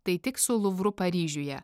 tai tik su luvru paryžiuje